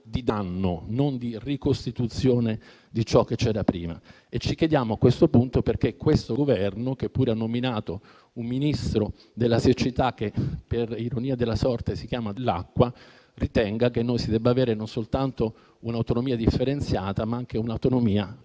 di danno, non di ricostituzione di ciò che c'era prima. Ci chiediamo a questo punto perché questo Governo, che pure ha nominato un ministro della siccità che per ironia della sorte si chiama Dell'Acqua, ritenga che noi si debba avere non soltanto un'autonomia differenziata, ma anche un'autonomia